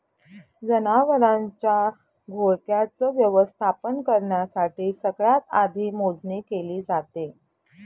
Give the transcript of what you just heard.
जनावरांच्या घोळक्याच व्यवस्थापन करण्यासाठी सगळ्यात आधी मोजणी केली जाते